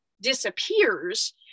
disappears